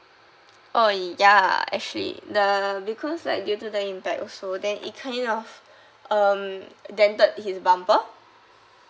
oh ya actually the because like due to the impact also then it kind of um dented his bumper